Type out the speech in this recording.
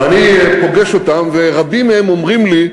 ואני פוגש אותם, ורבים מהם אומרים לי,